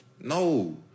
No